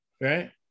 Right